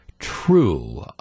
True